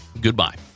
Goodbye